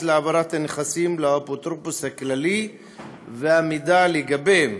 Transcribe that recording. להעברת הנכסים לאפוטרופוס הכללי והמידע לגביהם: